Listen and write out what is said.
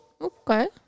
Okay